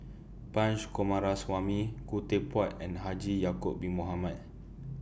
Punch Coomaraswamy Khoo Teck Puat and Haji Ya'Acob Bin Mohamed